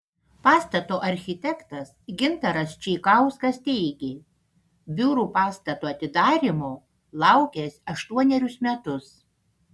pastato architektas gintaras čeikauskas teigė biurų pastato atidarymo laukęs aštuonerius metus